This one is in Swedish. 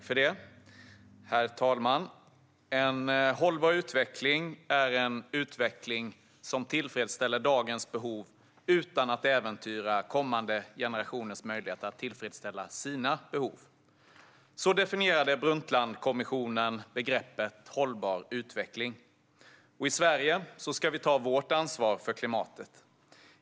Herr talman! En hållbar utveckling är en utveckling som tillfredsställer dagens behov utan att äventyra kommande generationers möjligheter att tillfredsställa sina behov. Så definierade Brundtlandkommissionen begreppet hållbar utveckling. I Sverige ska vi ta vårt ansvar för klimatet.